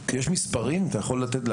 אתה יכול להמחיש?